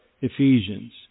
Ephesians